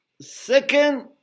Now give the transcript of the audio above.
Second